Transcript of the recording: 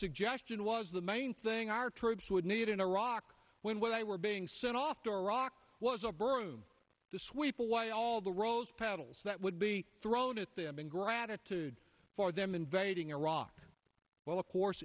suggestion was the main thing our troops would need in iraq when what they were being sent off to iraq was a virtue to sweep away all the rose petals that would be thrown at them in gratitude for them invading iraq well of course